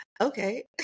Okay